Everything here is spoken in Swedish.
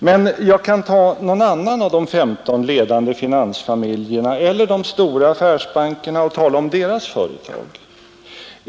Men jag kan ta någon annan av de 15 ledande finansfamiljerna eller de stora affärsbankerna och tala om deras företag.